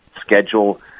schedule